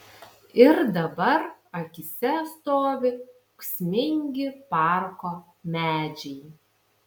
ir dabar akyse stovi ūksmingi parko medžiai